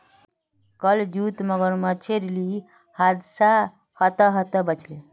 कल जूत मगरमच्छेर ली हादसा ह त ह त बच ले